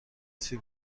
لطفی